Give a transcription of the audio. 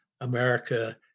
America